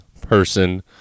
person